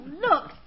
look